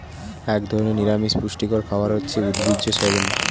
এক ধরনের নিরামিষ পুষ্টিকর খাবার হচ্ছে উদ্ভিজ্জ সয়াবিন